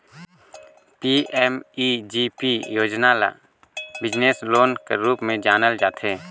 PMEGP योजना ल business loan कर रूप में जानल जाथे